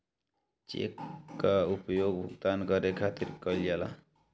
check कअ उपयोग भुगतान करे खातिर कईल जाला